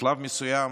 בשלב מסוים,